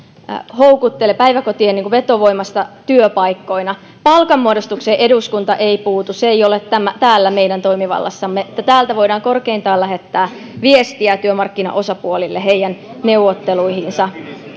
päiväkotien vetovoimasta työpaikkoina palkanmuodotukseen eduskunta ei puutu se ei ole täällä meidän toimivallassamme täältä voidaan korkeintaan lähettää viestiä työmarkkinaosapuolille heidän neuvotteluihinsa